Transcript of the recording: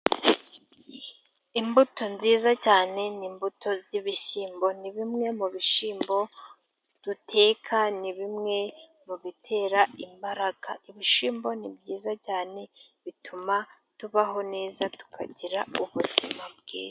Imbuto nziza cyane ni imbuto z'ibishyimbo. Ni bimwe mu bishyimbo duteka, ni bimwe mu bitera imbaraga. Ibishimbo ni byiza cyane, bituma tubaho neza, tukagira ubuzima bwiza.